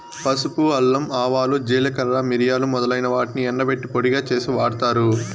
పసుపు, అల్లం, ఆవాలు, జీలకర్ర, మిరియాలు మొదలైన వాటిని ఎండబెట్టి పొడిగా చేసి వాడతారు